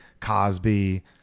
Cosby